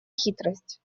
хитрость